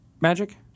magic